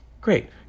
Great